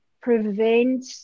prevent